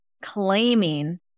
claiming